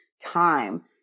time